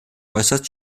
äußerst